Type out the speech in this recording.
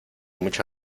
mucho